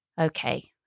okay